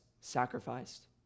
sacrificed